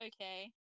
Okay